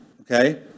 okay